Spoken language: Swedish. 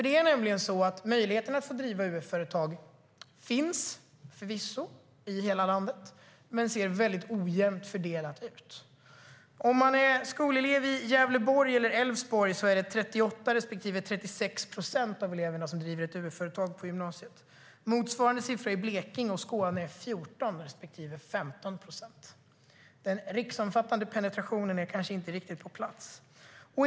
Det är nämligen så att möjligheten att få driva UF-företag förvisso finns i hela landet, men fördelningen är väldigt ojämn. I Gävleborg eller Älvsborg är det 38 respektive 36 procent av eleverna som driver UF-företag på gymnasiet. Motsvarande siffra i Blekinge och Skåne är 14 respektive 15 procent. Den riksomfattande penetrationen är kanske inte riktigt på plats.